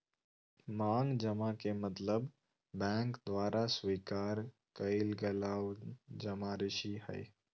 मांग जमा के मतलब बैंक द्वारा स्वीकार कइल गल उ जमाराशि हइ